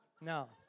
No